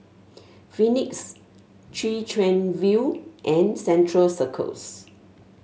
Phoenix Chwee Chian View and Central Circus